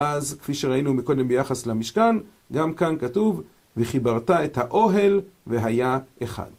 אז, כפי שראינו מקודם ביחס למשכן, גם כאן כתוב וחיברת את האוהל והיה אחד